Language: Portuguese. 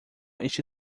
este